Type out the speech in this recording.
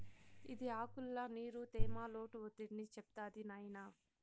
ఇది ఆకుల్ల నీరు, తేమ, లోటు ఒత్తిడిని చెప్తాది నాయినా